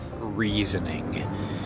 reasoning